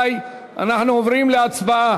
אם כן, רבותי, אנחנו עוברים להצבעה.